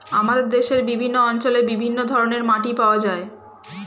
আমাদের দেশের বিভিন্ন অঞ্চলে বিভিন্ন ধরনের মাটি পাওয়া যায়